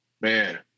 Man